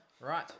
Right